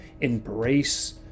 embrace